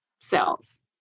cells